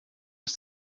ist